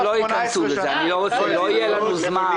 שלא ייכנסו לזה, לא יהיה לנו זמן.